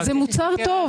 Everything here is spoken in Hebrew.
זה מוצר טוב.